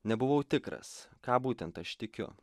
nebuvau tikras ką būtent aš tikiu